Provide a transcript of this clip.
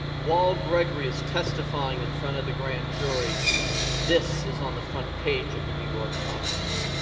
while grigory is testifying in front of the grand jury this is on the front page of the new york times.